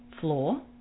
floor